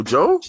Joe